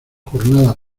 jornada